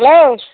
hello